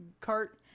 cart